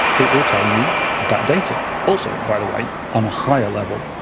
it will tell you that data. also, by the way, on a higher level,